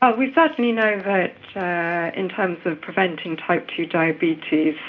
ah we certainly know that in terms of preventing type two diabetes,